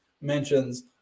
mentions